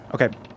Okay